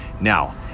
Now